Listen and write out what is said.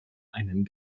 einen